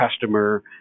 customer